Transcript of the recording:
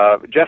Jeff